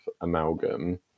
amalgam